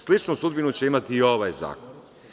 Sličnu sudbinu će imati i ovaj zakon.